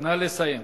נא לסיים.